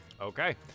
Okay